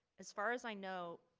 as far as i know,